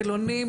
חילונים,